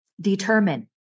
Determine